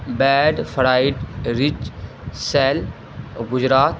bed فرائڈ رچ sale Gujarat